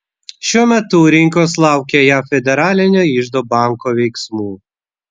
šiuo metu rinkos laukia jav federalinio iždo banko veiksmų